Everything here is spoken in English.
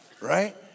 right